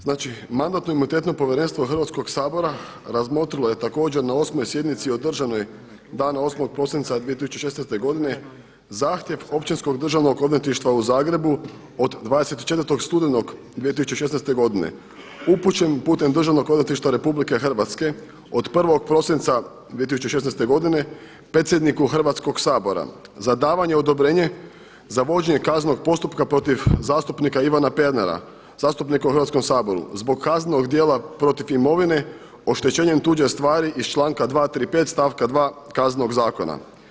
Znači, Mandatno-imunitetno povjerenstvo Hrvatskog sabora razmotrilo je također na 8. sjednici održanoj dana 8. prosinca 2016. godine zahtjev Općinskog državnog odvjetništva u Zagrebu od 24. studenog 2016. godine upućen putem Državnog odvjetništva Republike Hrvatske od 1. prosinca 2016. godine predsjedniku Hrvatskog sabora za davanje odobrenja za vođenje kaznenog postupka protiv zastupnika Ivana Pernara, zastupnika u Hrvatskom saboru zbog kaznenog djela protiv imovine oštećenjem tuđe stvari iz članka 235. stavka 2. Kaznenog zakona.